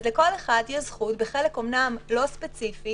אז לכל אחד יש זכות אומנם לא בחלק ספציפי,